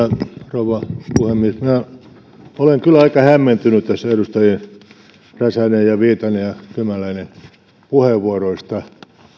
rouva puhemies minä olen kyllä aika hämmentynyt tässä edustajien räsänen ja viitanen ja kymäläinen puheenvuoroista